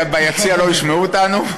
שביציע לא ישמעו אותנו?